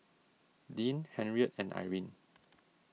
Deann Henriette and Irene